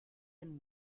and